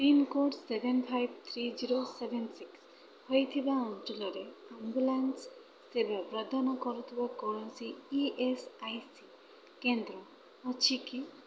pincode seven five three zero seven six ହୋଇଥିବା ଅଞ୍ଚଲରେ ambulance ସେବା ପ୍ରଦାନ କରୁଥିବା କୌଣସି ଇ ଏସ୍ ଆଇ ସି କେନ୍ଦ୍ର ଅଛି କି